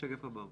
(שקף 4)